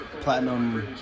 platinum